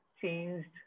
changed